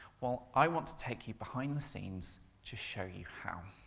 well, i want to take you behind the scenes to show you how.